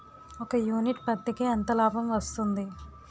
ఒక యూనిట్ పత్తికి ఎంత లాభం వస్తుంది?